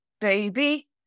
baby